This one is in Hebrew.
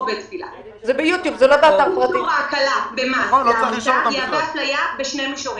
ביטול ההקלה במס לעמותה מהווה אפליה בשני מישורים: